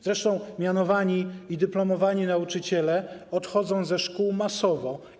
Zresztą mianowani i dyplomowani nauczyciele odchodzą ze szkół masowo.